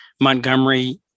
Montgomery